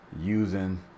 using